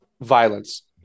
violence